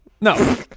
No